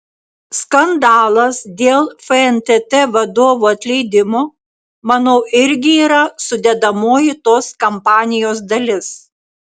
skandalas dėl fntt vadovų atleidimo manau irgi yra sudedamoji tos kampanijos dalis